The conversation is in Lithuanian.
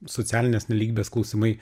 socialinės nelygybės klausimai